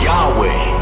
Yahweh